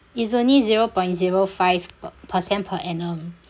it's only zero point zero five per~ percent per annum